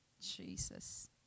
Jesus